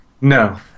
No